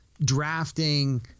drafting